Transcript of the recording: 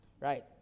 Right